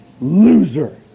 loser